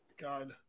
God